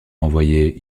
renvoyé